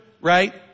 right